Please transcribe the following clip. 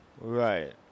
Right